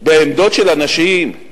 בעמדות של אנשים.